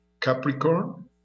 Capricorn